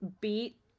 beat